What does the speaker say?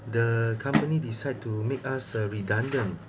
the company decide to make us a redundant